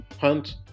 hunt